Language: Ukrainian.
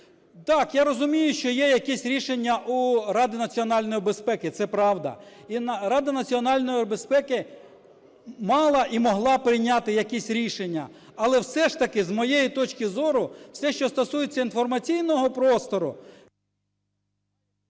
Так, я розумію, що є якесь рішення у Ради національної безпеки. Це правда. І Рада національної безпеки мала і могла прийняти якісь рішення. Але все ж таки, з моєї точки зору, все, що стосується інформаційного простору…